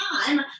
time